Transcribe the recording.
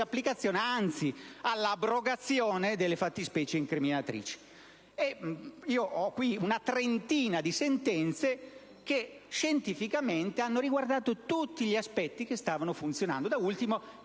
disapplicazione, anzi all'abrogazione delle fattispecie incriminatrici. Ho qui una trentina di sentenze che scientificamente hanno riguardato tutti gli aspetti che stavano funzionando, da ultimo